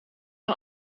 aan